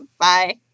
Bye